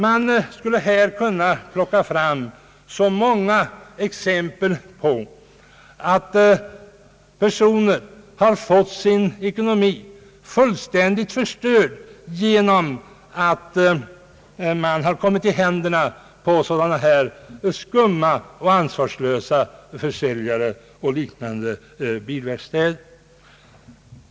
Man skulle här kunna plocka fram många exempel på att personer har fått sin ekonomi fullständigt förstörd genom att de kommit i händerna på skumma och ansvarslösa försäljare och bilverkstäder.